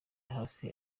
hasi